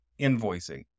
invoicing